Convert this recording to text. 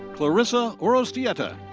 clariss ah orrostieta.